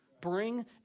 Bring